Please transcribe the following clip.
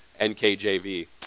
nkjv